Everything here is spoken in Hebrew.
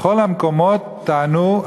בכל המקומות טענו,